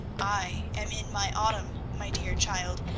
i am in my autumn, my dear child,